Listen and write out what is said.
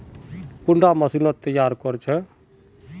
कुंडा मशीनोत तैयार कोर छै?